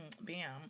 bam